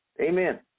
Amen